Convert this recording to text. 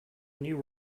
new